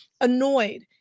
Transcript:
Annoyed